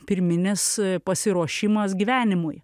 pirminis pasiruošimas gyvenimui